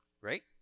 right